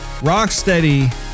Rocksteady